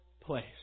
place